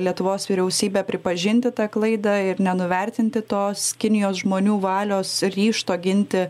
lietuvos vyriausybę pripažinti tą klaidą ir nenuvertinti tos kinijos žmonių valios ryžto ginti